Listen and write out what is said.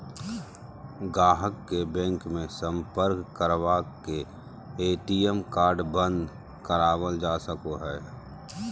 गाहक के बैंक मे सम्पर्क करवा के ए.टी.एम कार्ड बंद करावल जा सको हय